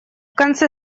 конце